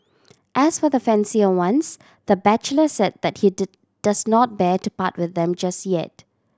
as for the fancier ones the bachelor said that he does not bear to part with them just yet